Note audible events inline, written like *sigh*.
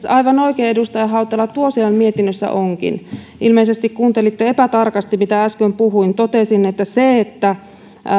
*unintelligible* aivan oikein edustaja hautala tuo asiahan mietinnössä onkin ilmeisesti kuuntelitte epätarkasti mitä äsken puhuin totesin että